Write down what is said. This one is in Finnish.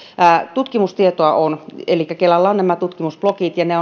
tutkimustietoa on elikkä kelalla on nämä tutkimusblogit ja ne